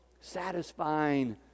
satisfying